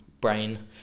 brain